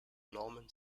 norman